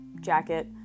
jacket